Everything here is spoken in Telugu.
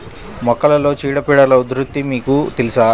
మొక్కలలో చీడపీడల ఉధృతి మీకు తెలుసా?